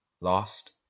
lost